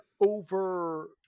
over